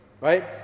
Right